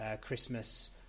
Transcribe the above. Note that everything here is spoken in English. Christmas